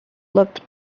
looked